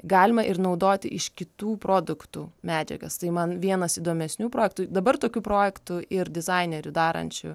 galima ir naudoti iš kitų produktų medžiagas tai man vienas įdomesnių projektų dabar tokių projektų ir dizainerių darančių